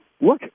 look –